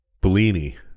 Bellini